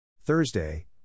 Thursday